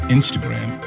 Instagram